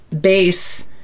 base